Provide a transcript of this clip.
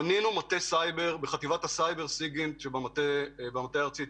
בנינו מטה סייבר בחטיבת הסייבר של המטה הארצי,